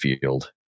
field